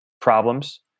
problems